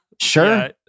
Sure